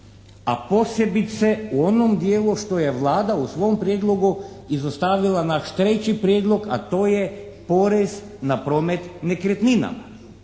a posebice u onom dijelu što je Vlada u svom prijedlogu izostavila naš treći prijedlog, a to je porez na promet nekretninama.